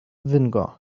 vinegar